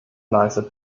leistet